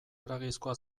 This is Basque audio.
haragizkoa